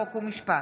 חוק ומשפט.